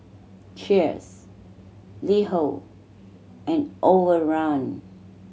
Cheers LiHo and Overrun